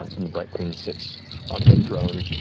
and the bright queen sits on her throne.